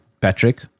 Patrick